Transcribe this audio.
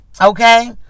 Okay